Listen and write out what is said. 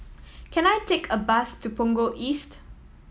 can I take a bus to Punggol East